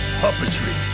puppetry